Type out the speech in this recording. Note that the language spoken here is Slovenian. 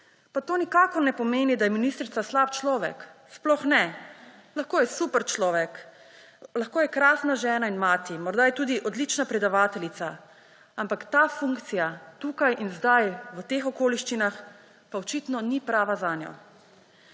Pa to nikakor ne pomeni, da je ministrica slab človek, sploh ne. Lahko je super človek, lahko je krasna žena in mati, morda je tudi odlična predavateljica, ampak ta funkcija tukaj in zdaj v teh okoliščinah pa očitno ni prava zanjo.